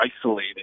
isolated